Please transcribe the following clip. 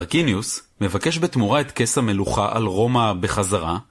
אקיניוס מבקש בתמורה את כסא מלוכה על רומא בחזרה.